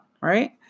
right